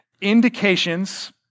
indications